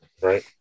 right